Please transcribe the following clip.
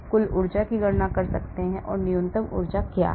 हम कुल ऊर्जा की गणना कर सकते हैं न्यूनतम ऊर्जा की ऊर्जा क्या है